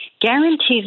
guarantees